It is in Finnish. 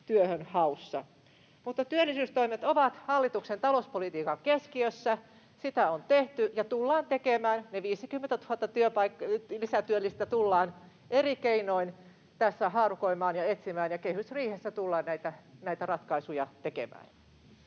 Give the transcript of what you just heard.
Työllisyystoimet ovat hallituksen talouspolitiikan keskiössä. Sitä on tehty ja tullaan tekemään. Ne 50 000 lisätyöllistä tullaan eri keinoin tässä haarukoimaan ja etsimään ja kehysriihessä tullaan näitä ratkaisuja tekemään.